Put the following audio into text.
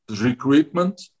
recruitment